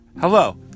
Hello